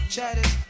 chatted